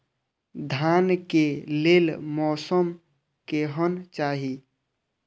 धान के लेल मौसम केहन चाहि?